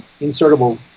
insertable